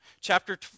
Chapter